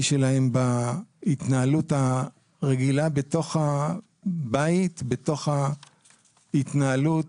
שלהם בהתנהלות הרגילה בתוך הבית ובהתנהלות